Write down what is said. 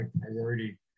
priority